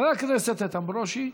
חבר הכנסת איתן ברושי,